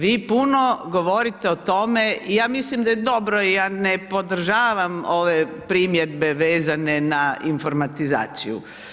Vi puno govorite o tome i ja mislim da je dobro i ja ne podržavam ove primjedbe vezane na informatizaciju.